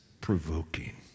provoking